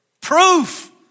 proof